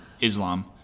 Islam